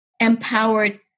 empowered